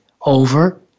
over